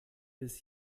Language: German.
bis